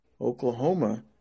Oklahoma